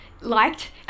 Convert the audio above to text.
liked